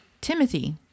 Timothy